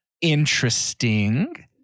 interesting